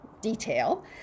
detail